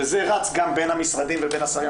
שזה רץ גם בין המשרדים ובין השרים,